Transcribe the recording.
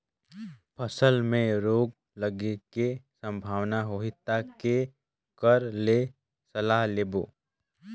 फसल मे रोग लगे के संभावना होही ता के कर ले सलाह लेबो?